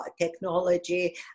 technology